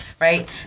right